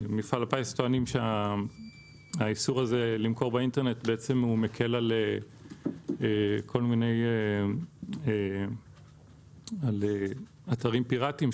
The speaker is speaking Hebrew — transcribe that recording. מפעל הפיס טוענים שהאיסור הזה מקל על כל מיני אתרים פיראטיים,